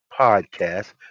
podcast